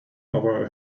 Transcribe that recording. over